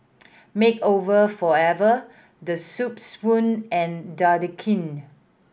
Makeover Forever The Soup Spoon and Dequadin